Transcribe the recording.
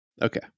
Okay